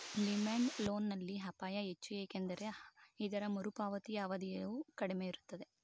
demand loan ನಲ್ಲಿ ಅಪಾಯ ಹೆಚ್ಚು ಏಕೆಂದರೆ ಇದರ ಮರುಪಾವತಿಯ ಅವಧಿಯು ಕಡಿಮೆ ಇರುತ್ತೆ